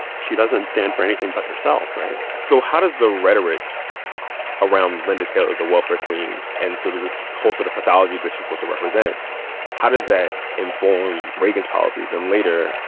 she doesn't stand for anything but herself, right? so how does the rhetoric around linda taylor, the welfare queen, and sort of this whole sort of pathology that she's supposed to represent how does that inform reagan's policies? and later,